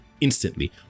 instantly